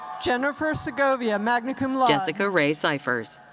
jennifer segovia, magna cum laude. jessica rae sifers.